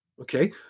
Okay